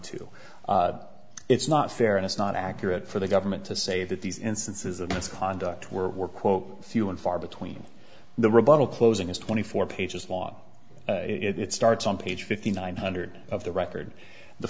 to it's not fair and it's not accurate for the government to say that these instances of misconduct were quote few and far between the rebuttal closing is twenty four pages long it starts on page fifty nine hundred of the record the